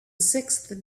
sixth